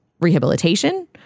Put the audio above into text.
rehabilitation